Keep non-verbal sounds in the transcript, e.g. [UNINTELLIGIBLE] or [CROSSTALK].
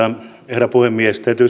herra puhemies täytyy [UNINTELLIGIBLE]